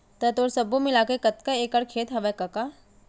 त तोर सब्बो मिलाके कतका एकड़ खेत हवय कका?